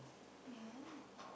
ya lah